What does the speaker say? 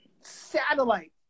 satellite